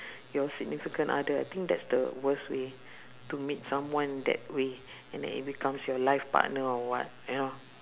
your significant other I think that's the worst way to meet someone that way and then it becomes your life partner or what you know